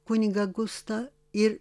kunigą gustą ir